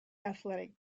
athletic